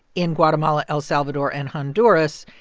in guatemala, el salvador and honduras.